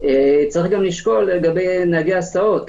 יש גם לשקול לגבי נהגי הסעות,